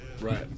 Right